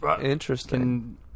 Interesting